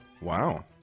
Wow